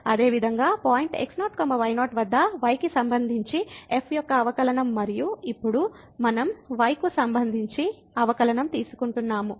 అదేవిధంగా point x0 y0 వద్ద y కి సంబంధించి f యొక్క అవకలనంమరియు ఇప్పుడు మనం y కు సంబంధించి అవకలనంతీసుకుంటున్నాము